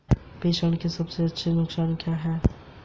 ATM और Paytm में क्या अंतर है?